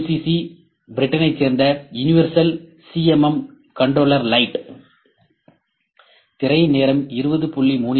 C பிரிட்டனைச் சேர்ந்த universal CMM controller lite 2Renishaw UCC universal CMM controller lite 2